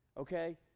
Okay